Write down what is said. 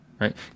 right